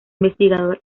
investigador